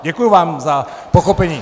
Děkuji vám za pochopení.